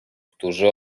którzy